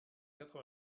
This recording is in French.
quatre